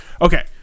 Okay